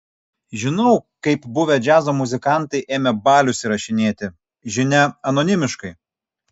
žinau kaip buvę džiazo muzikantai ėmė balius įrašinėti žinia anonimiškai